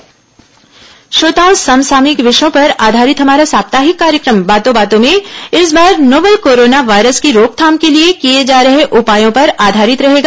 बातों बातों में समसामयिक विषयों पर आधारित हमारा साप्ताहिक कार्यक्रम बातों बातों में इस बार नोवल कोरोना वायरस की रोकथाम के लिए किए जा रहे उपायों पर आधारित रहेगा